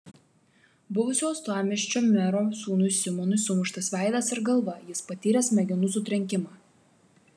buvusio uostamiesčio mero sūnui simonui sumuštas veidas ir galva jis patyrė smegenų sutrenkimą